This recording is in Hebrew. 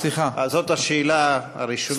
זאת השאלה הראשונה.